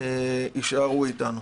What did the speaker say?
יישארו איתנו.